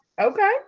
Okay